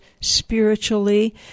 spiritually